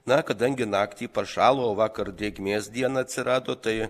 na kadangi naktį pašalo o vakar drėgmės dieną atsirado tai